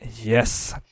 Yes